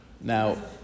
Now